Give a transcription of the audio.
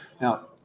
Now